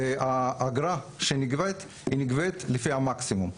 האגרה שנגבית נגבית לפי המקסימום.